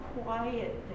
quiet